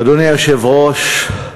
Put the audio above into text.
אדוני היושב-ראש,